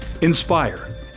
Inspire